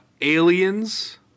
aliens